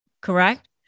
correct